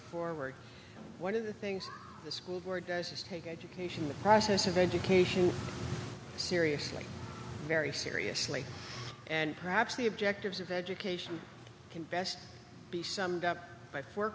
forward one of the things the school board does is take education the process of education seriously very seriously and perhaps the objectives of education can best be summed up by four